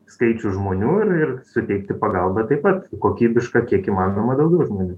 skaičių žmonių ir ir suteikti pagalbą taip pat kokybišką kiek įmanoma daugiau žmonių